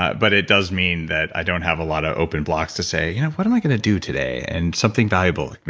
ah but it does mean that i don't have a lot of open blocks to say, what am i going to do today? and something valuable.